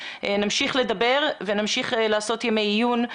נמשיך לדבר ונמשיך לעשות ימי עיון,